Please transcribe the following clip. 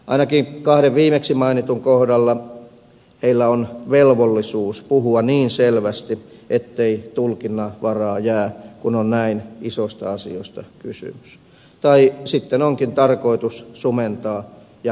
ainakin kahden viimeksi mainitun kohdalla heillä on velvollisuus puhua niin selvästi ettei tulkinnanvaraa jää kun on näin isoista asioista kysymys tai sitten onkin tarkoitus sumentaa ja hämmentää